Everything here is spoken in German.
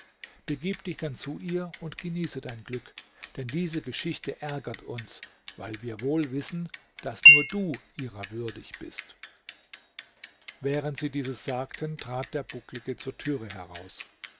begib dich dann zu ihr und genieße dein glück denn diese geschichte ärgert uns weil wir wohl wissen daß nur du ihrer würdig bist während sie dieses sagten trat der bucklige zur türe heraus